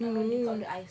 that one dig out the eyes